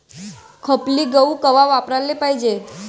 खपली गहू कवा पेराले पायजे?